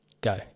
Go